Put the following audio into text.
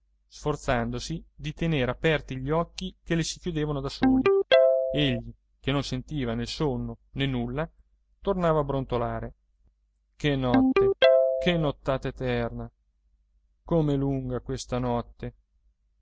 sforzandosi di tenere aperti gli occhi che le si chiudevano da soli egli che non sentiva nè il sonno nè nulla tornava a brontolare che notte che nottata eterna com'è lunga questa notte